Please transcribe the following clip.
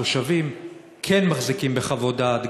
התושבים כן מחזיקים בחוות דעת,